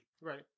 Right